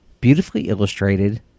beautifully-illustrated